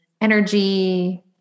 energy